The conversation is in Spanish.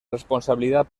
responsabilidad